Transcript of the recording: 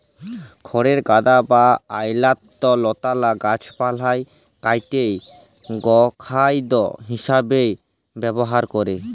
খড়ের গাদা বা অইল্যাল্য লতালা গাহাচপালহা কাইটে গখাইদ্য হিঁসাবে ব্যাভার ক্যরে